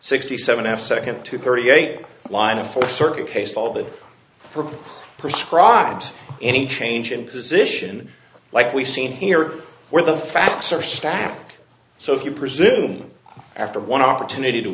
sixty seven f second to thirty eight line of four circuit case file that prescribes any change in position like we've seen here where the facts are stacked so if you presume after one opportunity to